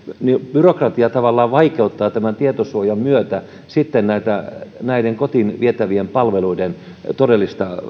byrokratia tavallaan vaikeuttaa tämän tietosuojan myötä näiden kotiin vietävien palvelujen todellista